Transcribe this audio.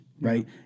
right